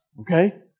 okay